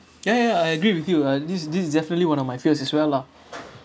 ya ya ya I agree with you uh this this is definitely one of my fears as well lah